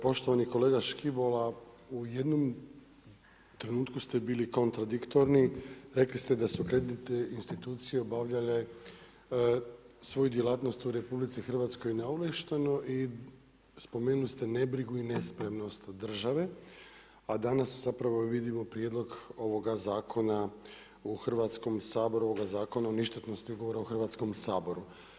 Poštovani kolega Škibola, u jednom trenutku ste bili kontradiktorni, rekli ste da su kreditne institucije obavljale svoju djelatnost u RH neovlašteno i spomenuli ste nebrigu i nespremnost države a danas zapravo vidimo prijedlog ovog zakona u Hrvatskom saboru ovoga Zakona o ništetnosti ugovora u Hrvatskom saboru.